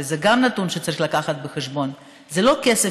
וגם זה נתון שצריך להביא בחשבון: זה לא כסף